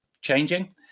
changing